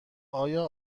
آیا